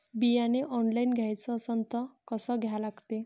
बियाने ऑनलाइन घ्याचे असन त कसं घ्या लागते?